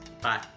Bye